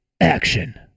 action